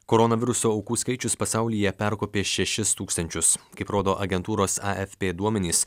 koronaviruso aukų skaičius pasaulyje perkopė šešis tūkstančius kaip rodo agentūros afp duomenys